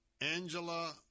Angela